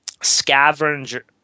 scavenger